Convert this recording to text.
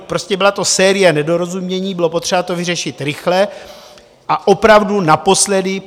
Prostě byla to série nedorozumění, bylo potřeba to vyřešit rychle a opravdu naposledy.